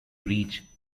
reach